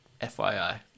fyi